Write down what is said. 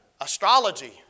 Astrology